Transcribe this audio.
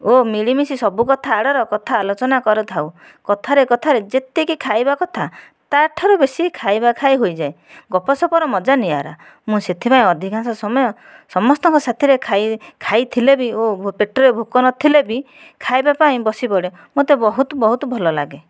ଓ ମିଳିମିଶି ସବୁ କଥା ଆଡ଼ର କଥା ଆଲୋଚନା କରିଥାଉ କଥାରେ କଥାରେ ଯେତିକି ଖାଇବା କଥା ତା'ଠାରୁ ବେଶୀ ଖାଇବା ଖାଇ ହୋଇଯାଏ ଗପସପର ମଜା ନିଆରା ମୁଁ ସେଥିପାଇଁ ଅଧିକାଂଶ ସମୟ ସମସ୍ତଙ୍କ ସାଥିରେ ଖାଇ ଖାଇଥିଲେ ବି ଓ ପେଟରେ ଭୋକ ନ ଥିଲେ ବି ଖାଇବା ପାଇଁ ବସିପଡ଼େ ମୋତେ ବହୁତ ବହୁତ ଭଲ ଲାଗେ